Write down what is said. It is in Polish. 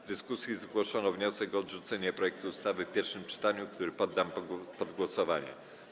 W dyskusji zgłoszono wniosek o odrzucenie projektu ustawy w pierwszym czytaniu, który poddam pod głosowanie.